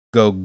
go